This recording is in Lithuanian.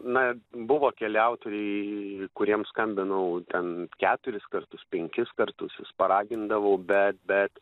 na buvo keli autoriai kuriems skambinau ten keturis kartus penkis kartus vis paragindavau bet bet